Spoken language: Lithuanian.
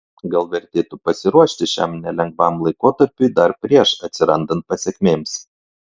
gal vertėtų pasiruošti šiam nelengvam laikotarpiui dar prieš atsirandant pasekmėms